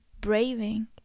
braving